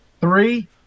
Three